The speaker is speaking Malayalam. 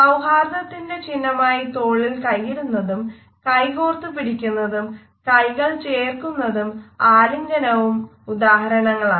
സൌഹാർദ്ദത്തിന്റെ ചിഹ്നമായി തോളിൽ കൈയിടുന്നതും കൈ കോർത്തു പിടിക്കുന്നതും കൈകൾ ചേർക്കുന്നതും ആലിംഗനവും ഉദാഹരണങ്ങളാണ്